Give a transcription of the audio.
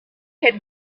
had